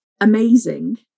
amazing